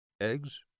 Eggs